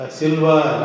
silver